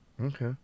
Okay